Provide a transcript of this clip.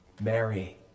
Mary